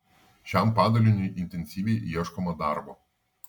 šiam padaliniui intensyviai ieškoma darbo